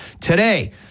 today